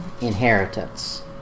inheritance